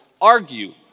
argue